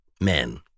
men